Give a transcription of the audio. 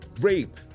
rape